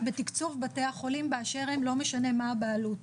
בתקצוב בתי החולים באשר הם לא משנה מה הבעלות.